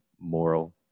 moral